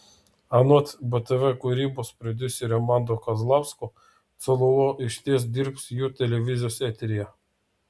anot btv kūrybos prodiuserio manto kazlausko cololo išties dirbs jų televizijos eteryje